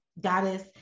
Goddess